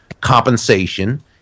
compensation